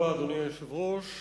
אדוני היושב-ראש,